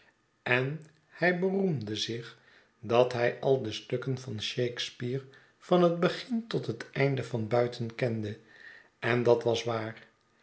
en hij beroemde zich dat hij al de stukken van shakespeare van het begin tot het einde van buiten kende en dat was waar